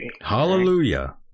Hallelujah